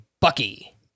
Bucky